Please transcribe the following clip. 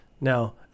Now